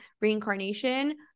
reincarnation